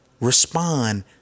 respond